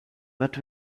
but